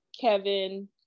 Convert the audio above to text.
Kevin